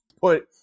put